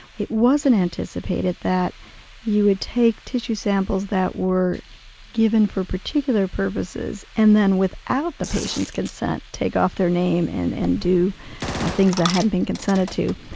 it wasn't anticipated that you would take tissue samples that were given for particular purposes and then without the patient's consent, take off their name and and do things that hadn't been consented to.